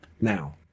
now